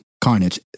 carnage